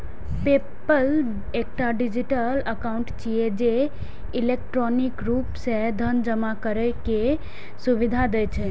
PayPal एकटा digital account छियै, जे इलेक्ट्रॉनिक रूप सं धन जमा करै के सुविधा दै छै